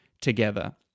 together